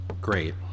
Great